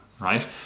right